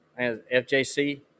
FJC